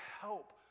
help